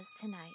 tonight